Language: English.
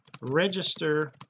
register